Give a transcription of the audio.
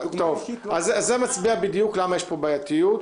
זה מצביע בדיוק למה יש פה בעייתיות.